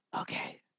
Okay